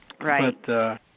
Right